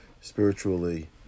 spiritually